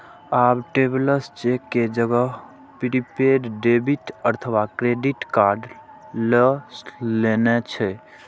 आब travellers cheque के जगह प्रीपेड डेबिट अथवा क्रेडिट कार्ड लए लेने छै